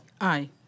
Aye